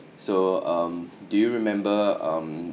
so um do you remember um